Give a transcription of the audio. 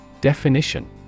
Definition